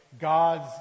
God's